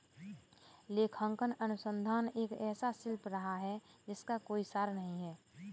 लेखांकन अनुसंधान एक ऐसा शिल्प रहा है जिसका कोई सार नहीं हैं